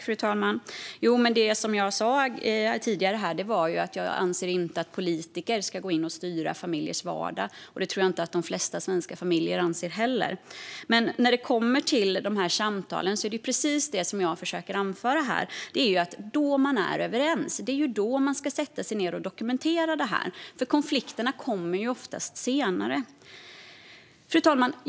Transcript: Fru talman! Det som jag sa tidigare här var att jag inte anser att politiker ska gå in och styra familjers vardag. Det tror jag att de flesta svenska familjer inte heller anser. När det kommer till de här samtalen är det jag försöker anföra att det är när man är överens som man ska sätta sig ned och dokumentera det, för konflikterna kommer oftast senare. Fru talman!